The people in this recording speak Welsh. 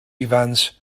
ifans